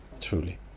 truly